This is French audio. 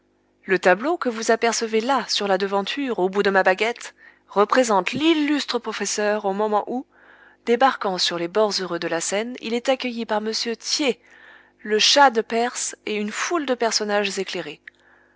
le tableau que vous apercevez là sur la devanture au bout de ma baguette représente l'illustre professeur au moment où débarquant sur les bords heureux de la seine il est accueilli par m thiers le shah de perse et une foule de personnages éclairés